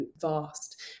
vast